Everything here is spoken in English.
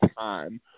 time